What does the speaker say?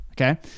Okay